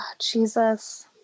Jesus